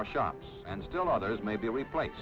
our shops and still others may be replaced